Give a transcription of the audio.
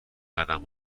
قدم